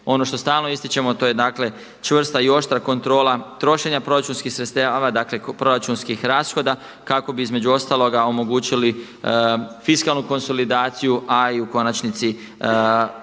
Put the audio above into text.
Ono što stalno ističemo a to je dakle čvrsta i oštra kontrola trošenja proračunskih sredstava, dakle proračunskih rashoda kako bi između ostaloga omogućili fiskalnu konsolidaciju a i u konačnici